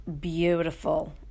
beautiful